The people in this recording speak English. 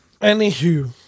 Anywho